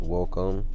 Welcome